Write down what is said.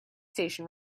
station